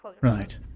Right